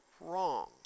wrong